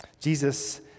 Jesus